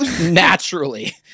naturally